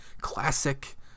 classic